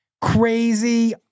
crazy